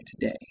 today